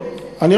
לא.